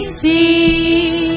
see